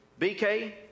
BK